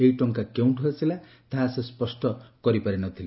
ଏହି ଟଙ୍କା କେଉଁଠୁ ଆସିଲା ତାହା ସେ ସ୍ୱଷ୍ କରିପାରି ନ ଥିଲେ